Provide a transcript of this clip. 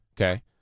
Okay